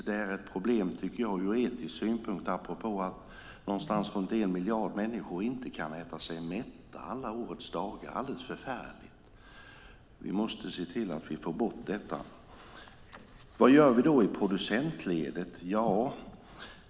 Det är ett problem ur etisk synpunkt, tycker jag, apropå att någonstans runt en miljard människor inte kan äta sig mätta alla årets dagar. Det är alldeles förfärligt. Vi måste se till att vi får bort detta. Vad gör vi då i producentledet?